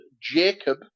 Jacob